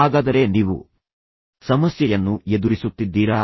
ಹಾಗಾದರೆ ನೀವು ಸಮಸ್ಯೆಯನ್ನು ಎದುರಿಸುತ್ತಿದ್ದೀರಾ